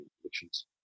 predictions